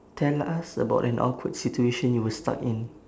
tell us about an awkward situation you were stuck in